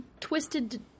twisted